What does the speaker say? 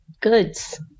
goods